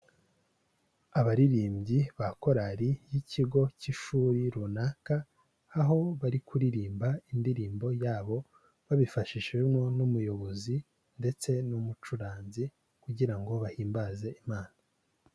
Abaririmbyi ba korali y'ikigo cy'ishuri runaka aho bari kuririmba indirimbo yabo babifashishijwemo n'umuyobozi ndetse n'umucuranzi kugira ngo bahimbaze imana.